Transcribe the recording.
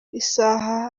isaha